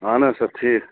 آہَن حظ سَر ٹھیٖک